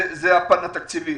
זה הפן התקציבי.